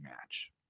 match